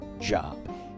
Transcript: job